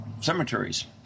cemeteries